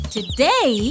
Today